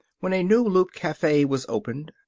when a new loop cafe' was opened,